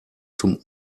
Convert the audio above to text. zum